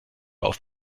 auf